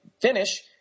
finish